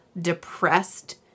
depressed